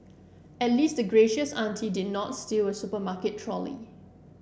at least the gracious auntie did not steal a supermarket trolley